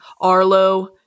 Arlo